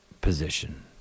position